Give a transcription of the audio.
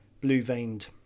blue-veined